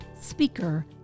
speaker